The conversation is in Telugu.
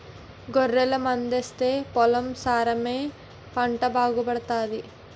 గొర్రెల మందాస్తే పొలం సారమై పంట బాగాపండుతాది